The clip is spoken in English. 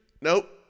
Nope